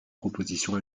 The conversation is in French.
propositions